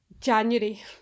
January